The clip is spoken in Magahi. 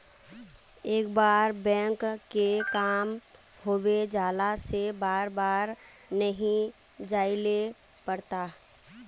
एक बार बैंक के काम होबे जाला से बार बार नहीं जाइले पड़ता?